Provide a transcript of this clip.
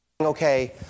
okay